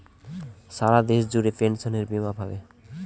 সারা দেশ জুড়ে পেনসনের বীমা পাবে